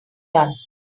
done